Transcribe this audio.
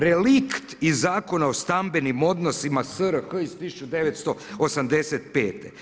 Relikt iz Zakona o stambenim odnosima SRH iz 1985.